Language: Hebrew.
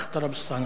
אח' טלב אלסאנע.